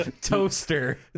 Toaster